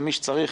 למי שצריך,